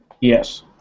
Yes